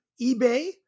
ebay